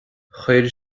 chuir